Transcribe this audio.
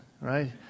right